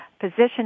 position